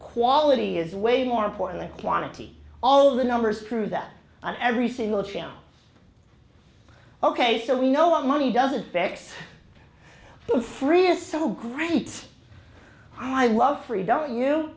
quality is way more important in quantity all the numbers prove that on every single channel ok so we know what money doesn't fix to free is so great i love free don't you